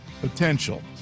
potential